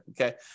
okay